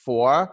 Four